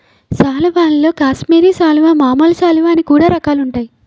సాల్వల్లో కాశ్మీరి సాలువా, మామూలు సాలువ అని కూడా రకాలుంటాయి